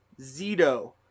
Zito